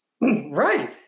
right